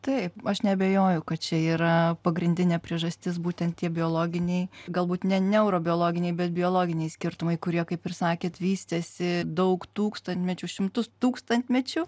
taip aš neabejoju kad čia yra pagrindinė priežastis būtent tie biologiniai galbūt ne neurobiologiniai bet biologiniai skirtumai kurie kaip ir sakėt vystėsi daug tūkstantmečių šimtus tūkstantmečių